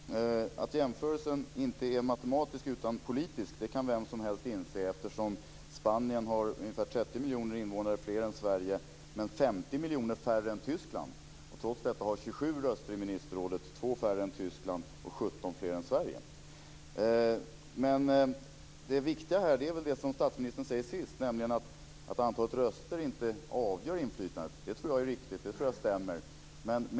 Fru talman! Att jämförelsen inte är matematisk utan politisk kan vem som helst inse. Spanien har ungefär 30 miljoner fler invånare än Sverige men 50 miljoner färre än Tyskland men har trots detta 27 Det viktiga är det statsministern sade sist, nämligen att antalet röster inte avgör inflytandet. Det tror jag är riktigt och stämmer.